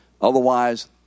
Otherwise